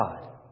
God